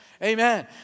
Amen